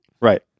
Right